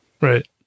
Right